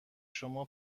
شما